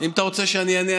אם אתה רוצה שאני אענה,